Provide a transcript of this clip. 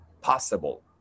possible